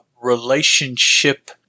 relationship